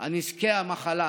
על נזקי המחלה